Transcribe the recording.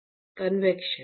convection